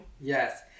Yes